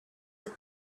that